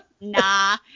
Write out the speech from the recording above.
Nah